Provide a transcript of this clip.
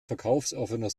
verkaufsoffener